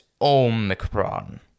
Omicron